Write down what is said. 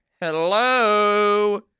Hello